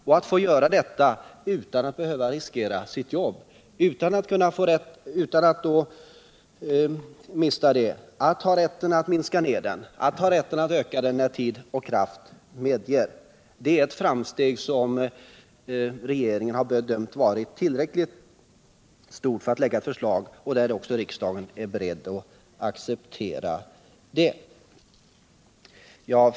At man får göra detta utan att behöva riskera sitt jobb, dvs. att man har rätt att minska arbetstiden och sedan öka den när tid och kraft medger det, är ev framsteg som regeringen har bedömt vara tillräckligt stort för att man skulle kunna lägga fram eu förslag. Riksdagen är också beredd att acceptera detta.